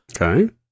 Okay